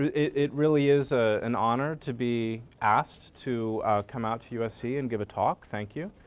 it really is ah an honor to be asked to come out to usc and give a talk. thank you.